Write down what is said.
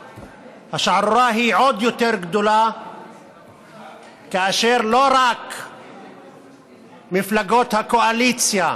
השערורייה היא עוד יותר גדולה כאשר לא רק מפלגות הקואליציה,